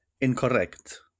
Incorrect